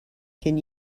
can